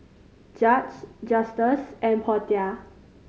Judge Justus and Portia